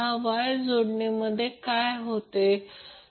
हे उदाहरण 6 आहे की वॅटमीटर हे असे काहीतरी जोडलेले आहे